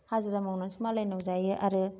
हाजिरा मावनानैसो मालायनाव जायो आरो